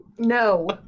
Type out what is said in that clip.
No